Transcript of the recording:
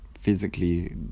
physically